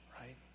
right